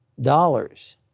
dollars